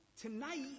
Tonight